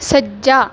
ਸੱਜਾ